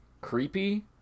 creepy